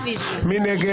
נגד?